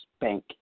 bank